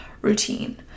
routine